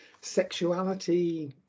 sexuality